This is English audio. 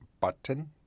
button